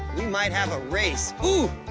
we might have a race. ooh!